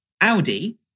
Audi